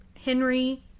Henry